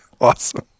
Awesome